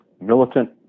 militant